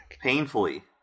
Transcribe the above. Painfully